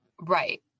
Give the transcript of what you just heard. Right